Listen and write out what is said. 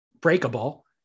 Breakable